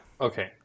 Okay